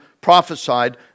prophesied